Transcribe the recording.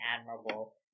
admirable